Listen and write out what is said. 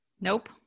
Nope